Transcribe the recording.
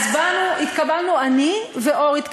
אז באנו, התקבלנו אני ואורית כסיף.